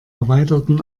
erweiterten